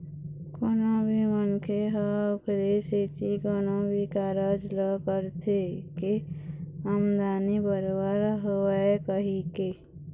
कोनो भी मनखे ह ओखरे सेती कोनो भी कारज ल करथे के आमदानी बरोबर होवय कहिके